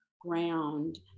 ground